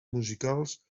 musicals